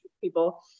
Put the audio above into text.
people